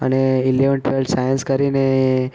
અને eleven twelfth science કરીને